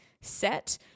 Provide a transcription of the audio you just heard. set